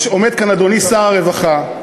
עומד כאן אדוני שר הרווחה,